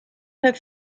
her